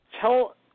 Tell